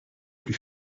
plus